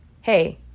Hey